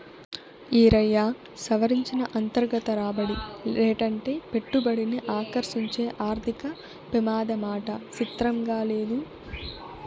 ఈరయ్యా, సవరించిన అంతర్గత రాబడి రేటంటే పెట్టుబడిని ఆకర్సించే ఆర్థిక పెమాదమాట సిత్రంగా లేదూ